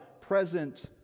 present